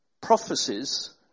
Prophecies